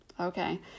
Okay